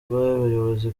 rw’abayobozi